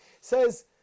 Says